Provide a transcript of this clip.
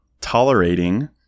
tolerating